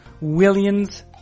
Williams